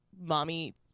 mommy